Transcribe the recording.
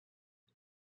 who